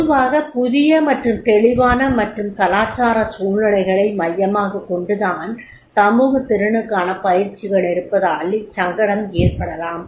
பொதுவாக புதிய மற்றும் தெளிவற்ற மற்றும் கலாச்சார சூழ்நிலைகளை மையமாகக் கொண்டுதான் சமூகத் திறனுக்கான பயிற்சிகள் இருப்பதால் இச்சங்கடம் ஏற்படலாம்